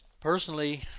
Personally